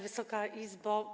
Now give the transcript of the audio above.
Wysoka Izbo!